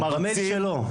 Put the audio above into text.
המייל שלו.